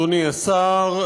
אדוני השר,